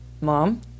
mom